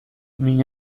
min